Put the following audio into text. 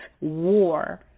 war